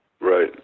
Right